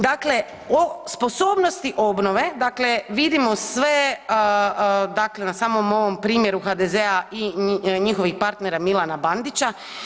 Dakle, o sposobnosti obnove, dakle vidimo sve, dakle na samom ovom primjeru HDZ-a i njihovih partnera Milana Bandića.